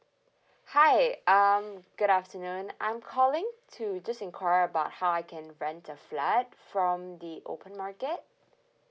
hi um good afternoon I'm calling to just enquire about how I can rent a flat from the open market